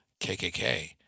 KKK